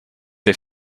der